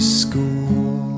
school